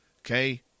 Okay